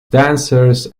dancers